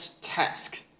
task